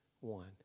one